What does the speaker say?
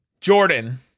Jordan